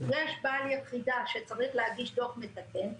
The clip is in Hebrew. יש בעל יחידה שצריך להגיש דוח מתקן,